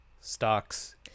stocks